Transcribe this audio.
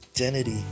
Identity